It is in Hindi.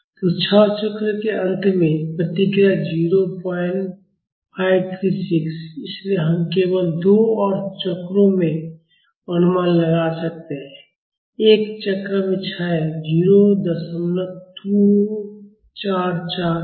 तो छह चक्रों के अंत में प्रतिक्रियाएँ 0536 इसलिए हम केवल दो और चक्रों में अनुमान लगा सकते हैं एक चक्र में क्षय 0244 है